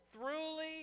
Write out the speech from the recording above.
thoroughly